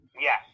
Yes